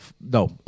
No